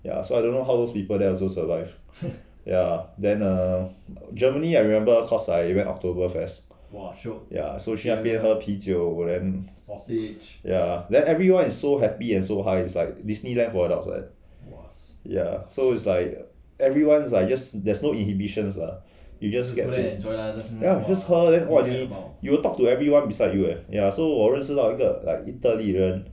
ya so I don't know how those people there also survive ya then err Germany I remember cause I went october fest ya so 去那边喝啤酒 then ya then everyone is so happy and so high it's like disneyland for adults like that ya so it's like everyone's is just there's no inhibitions lah you just get to ya just 喝 you talk to everyone beside you eh ya so I 认识到一个意大利人